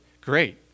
Great